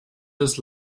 his